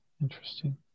Interesting